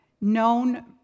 known